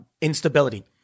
instability